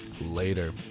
Later